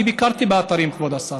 אני ביקרתי באתרים, כבוד השר.